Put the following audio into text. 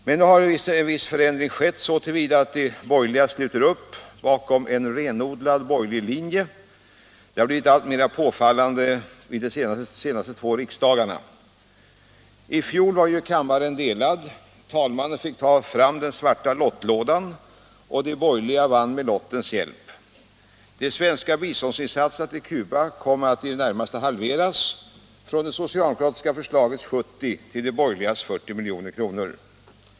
Men nu har en viss förändring inträffat så till vida att de borgerliga sluter upp bakom en renodlad borgerlig linje. Detta har blivit alltmer påfallande vid de senaste två riksmötena. I fjol var kammaren delad — talmannen fick ta fram den bruna lottlådan — och de borgerliga vann med lottens hjälp. De svenska biståndsinsatserna till Cuba kom att i det närmaste halveras från det socialdemokratiska förslagets 70 till de borgerligas 40 milj.kr.